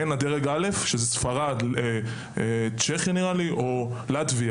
בין דרג א' שזה ספרד וצ'כיה לבין לטביה,